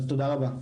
תודה רבה.